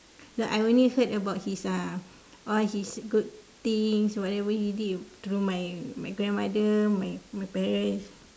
like I only heard about his uh all his good things what ever he did through my grandmother my my parents